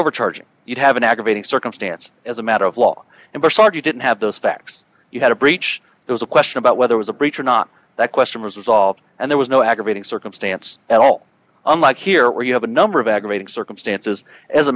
overcharging you have an aggravating circumstance as a matter of law and pushed hard you didn't have those facts you had a breach there was a question about whether was a breach or not that question was resolved and there was no aggravating circumstance at all unlike here where you have a number of aggravating circumstances as a